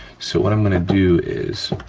so what i'm gonna do is,